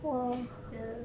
ya